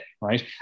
right